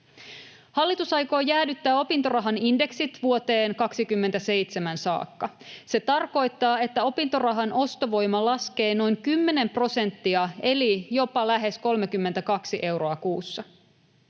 Hallitus aikoo jäädyttää opintorahan indeksit vuoteen 27 saakka. Se tarkoittaa, että opintorahan ostovoima laskee noin 10 prosenttia eli jopa lähes 32 euroa kuussa.